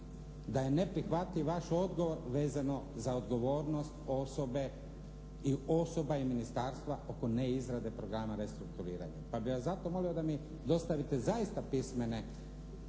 da je neprihvatljiv vaš odgovor vezano za odgovornost osobe i osoba i ministarstva oko neizrade programa restrukturiranja, pa bih vas zato molio da mi dostavite zaista pisane